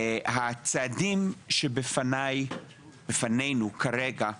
הצעדים שבפנינו כרגע: